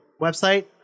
website